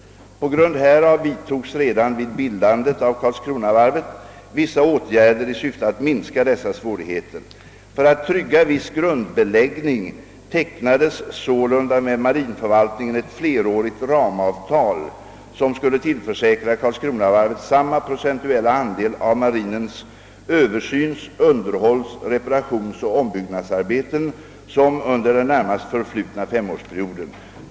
På grund härav vidtogs redan vid bildandet av Karlskronavarvet vissa åtgärder i syfte att minska dessa svårigheter. För att trygga viss grundbeläggning tecknades sålunda med marinförvaltningen ett flerårigt ramavtal, som skulle = tillförsäkra Karlskronavarvet samma procentuella andel av marinens översyns-, underhålls-, reparationsoch ombyggnadsarbeten som under den närmast förflutna femårsperioden.